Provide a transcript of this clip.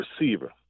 receiver